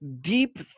deep